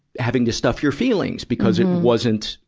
having to stuff your feelings because it wasn't,